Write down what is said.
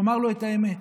לומר לו את האמת,